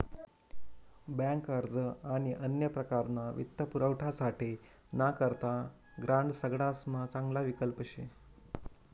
bank अर्ज आणि अन्य प्रकारना वित्तपुरवठासाठे ना करता ग्रांड सगडासमा चांगला विकल्प शे